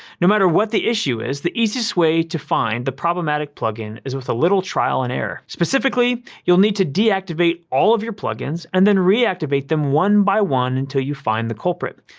no matter what the issue is, the easiest way to find the problematic plugin is with a little trial and error. specifically, you'll need to deactivate all of your plugins and then reactivate them one by one until you find the culprit.